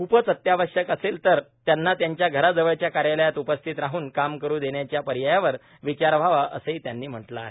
खूपच अत्यावश्यक असेल तर त्यांना त्यांच्या घराजवळच्या कार्यालयात उपस्थित राह्न काम करु देण्याच्या पर्यायावर विचार व्हावा असंही त्यांनी म्हटलं आहे